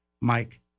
Mike